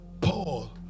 Paul